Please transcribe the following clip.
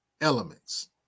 elements